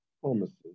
promises